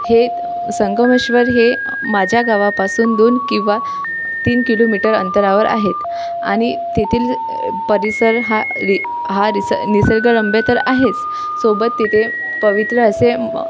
हे संगमेश्वर हे माझ्या गावापासून दोन किंवा तीन किलोमीटर अंतरावर आहेत आणि तेथील परिसर हा रि हा रीस निसर्गरम्य तर आहेच सोबत तथे पवित्र असे म